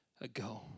ago